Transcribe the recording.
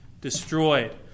destroyed